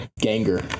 Ganger